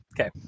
okay